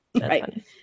Right